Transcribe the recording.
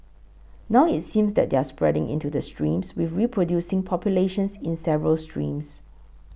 now it's seems that they're spreading into the streams with reproducing populations in several streams